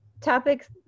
topics